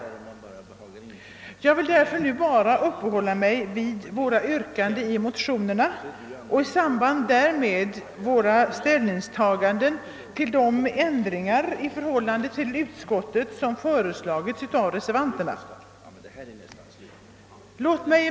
Därför skall jag nu bara uppehålla mig vid våra motionsyrkanden och i samband därmed våra ställningstaganden till de ändringar reservanterna föreslagit med anledning av utskottsutlåtandet.